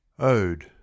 Ode